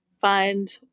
find